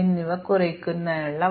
അതിനാൽ ലൈവ് മ്യൂറ്റന്റ്കൾ ഉണ്ട്